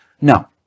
No